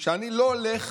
שאני לא הולך